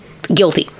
Guilty